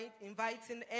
inviting